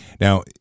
Now